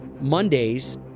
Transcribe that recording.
Mondays